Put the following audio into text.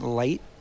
light